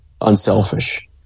unselfish